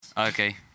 Okay